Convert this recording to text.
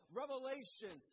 revelation